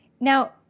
Now